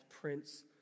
Prince